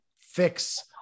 fix